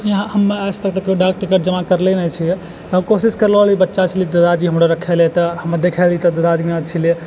यहाँ आजतक हम डाकटिकट जमा करले नहि छियै हम कोशिश करलहुँ बच्चा छली तऽ दादाजी हमरो राखै रऽ तऽ हमे देखा दितै दादाजी हमरा